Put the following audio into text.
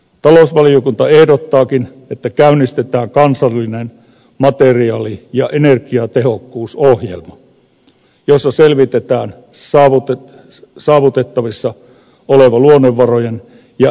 talousvaliokunta ehdottaakin että käynnistetään kansallinen materiaali ja energiatehokkuusohjelma jossa selvitetään saavutettavissa oleva luonnonvarojen ja energiankäytön tehostamispotentiaali